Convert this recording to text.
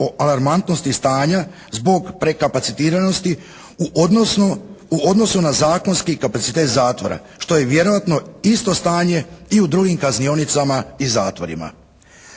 o alarmantnosti stanja zbog prekapacitiranosti u odnosnu na zakonski kapacitet zatvora što je vjerojatno isto stanje i u drugim kaznionicama i zatvorima.